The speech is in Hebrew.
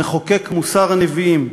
מחוקק מוסר הנביאים,